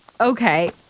Okay